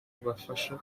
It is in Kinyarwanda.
ribafasha